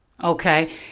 okay